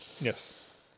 Yes